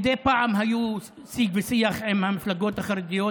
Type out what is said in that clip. מדי פעם היה שיג ושיח עם מפלגות החרדיות,